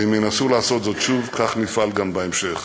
ואם ינסו לעשות זאת שוב, כך נפעל גם בהמשך.